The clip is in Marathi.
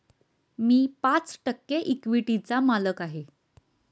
मी पाच टक्के इक्विटीचा मालक आहे